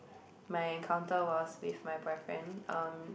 my encounter was with my boyfriend um